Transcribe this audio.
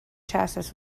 chassis